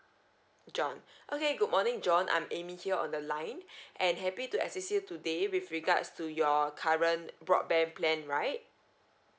john okay good morning john I'm amy here on the line and happy to assist you today with regards to your current broadband plan right